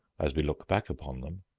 as we look back upon them,